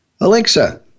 Alexa